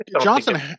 Johnson